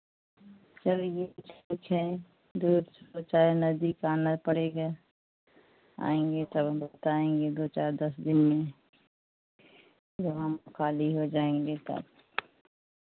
चलिये कुछ है दूर चाहे नजदीक आना पड़ेगा आएंगे तब हम बताएंगे दो चार दस दिन में जब हम खाली हो जाएंगे तब